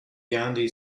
gandhi